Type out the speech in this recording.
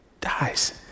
dies